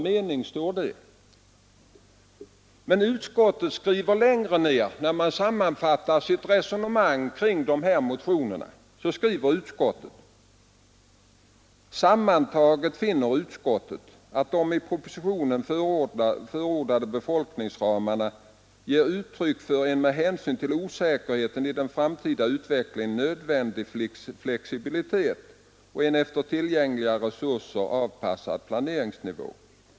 Det står i samma mening. Utskottet skriver längre ned, vid sammanfattningen av resonemanget kring dessa motioner: ”Sammantaget finner utskottet att de i propositionen förordade befolkningsramarna ger uttryck för en med hänsyn till osäkerheten i den framtida utvecklingen nödvändig flexibilitet och en efter tillgängliga resurser avpassad planeringsnivå.